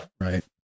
right